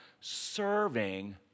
serving